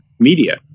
Media